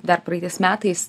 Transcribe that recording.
dar praeitais metais